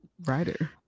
writer